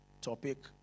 topic